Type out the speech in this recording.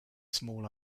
small